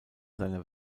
seiner